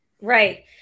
Right